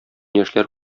яшьләр